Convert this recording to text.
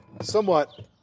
Somewhat